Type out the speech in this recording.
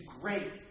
great